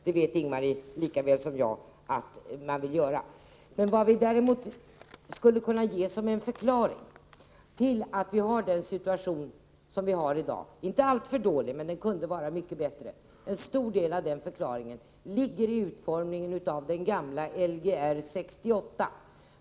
Men det vet hon lika väl som jag att vi vill. Vi har i dag en situation som inte är alltför dålig men som kunde vara mycket bättre. En stor del av förklaringen till detta ligger i utformningen av den gamla Lgr 68.